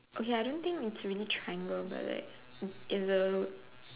okay I don't think it's really triangle but like it's A